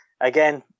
again